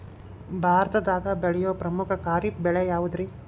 ಭಾರತದಾಗ ಬೆಳೆಯೋ ಪ್ರಮುಖ ಖಾರಿಫ್ ಬೆಳೆ ಯಾವುದ್ರೇ?